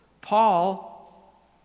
Paul